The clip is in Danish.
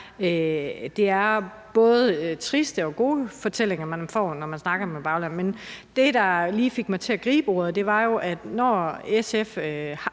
det er både triste og gode fortællinger, man får, når man snakker med baglandet. Men det, der lige fik mig til at gribe ordet, var jo noget